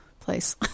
place